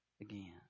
again